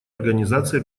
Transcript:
организации